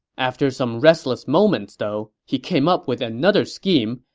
after some restless moments, though, he came up with another scheme,